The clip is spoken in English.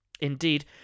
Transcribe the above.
Indeed